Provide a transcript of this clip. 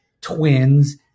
twins